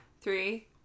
Three